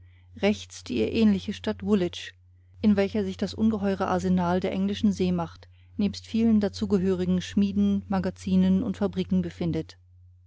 rechts die ihr ähnliche stadt woolwich in welcher sich das ungeheure arsenal der englischen seemacht nebst vielen dazugehörigen schmieden magazinen und fabriken befindet